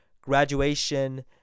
graduation